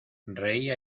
reía